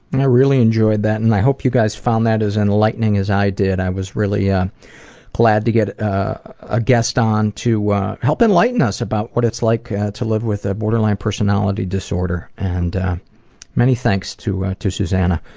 and i really enjoyed that, and i hope you guys found that as enlightening as i did. i was really yeah glad to get a guest on to help enlighten us about what it's like to live with ah borderline personality disorder. and many thanks to to susanna.